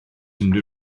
unrhyw